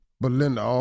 Belinda